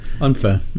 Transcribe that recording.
unfair